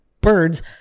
birds